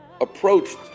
approached